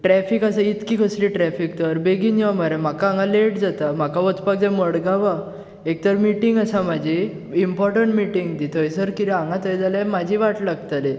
traffic आसा इतकी कसली ट्रेफिक तर बेगीन यो मरे म्हाका हांगा लेट जाता म्हाका वचपाक जाय मडगांवा एकतर मिटींग आसा म्हाजी इंर्पोटंट मिटींग ती थंयसर किदें हांगा थंय जालें म्हाजी वाट लागतली